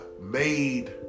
made